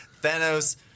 Thanos